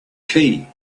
key